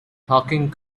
talking